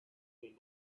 may